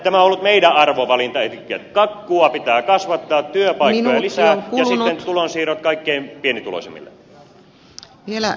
tämä on ollut meidän arvovalintamme elikkä kakkua pitää kasvattaa työpaikkoja lisää ja sitten tulonsiirrot kaikkein pienituloisimmille